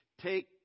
take